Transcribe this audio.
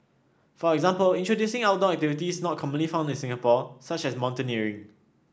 for example introducing outdoor activities not commonly found in Singapore such as mountaineering